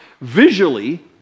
visually